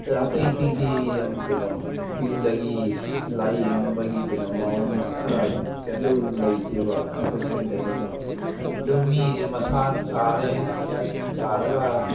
ꯑꯗꯣ ꯑꯇꯩ ꯑꯇꯩꯗꯤ ꯌꯥꯝ ꯀꯩꯅꯣ ꯌꯨꯝꯗꯒꯤ ꯂꯥꯏꯌꯦꯡꯅꯕꯒꯤ ꯀꯩꯅꯣ ꯃꯑꯣꯡ ꯈꯔ ꯑꯗꯨ ꯂꯩꯇꯦꯕ ꯑꯩꯈꯣꯏ ꯁꯥꯏꯗꯗꯤꯀꯣ ꯑꯗꯣ ꯃꯤꯒꯤꯗꯤ ꯃꯁꯥꯅ ꯆꯥꯔꯦ ꯀꯌꯥ ꯆꯥꯔꯒ